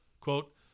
quote